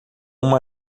uma